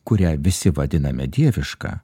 kurią visi vadiname dieviška